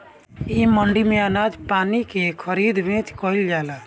इ मंडी में अनाज पानी के खरीद बेच कईल जाला